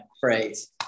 phrase